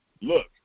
Look